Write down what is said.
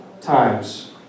times